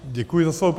Děkuji za slovo.